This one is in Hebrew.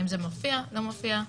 האם זה מופיע לא מופיע?